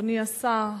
אדוני השר,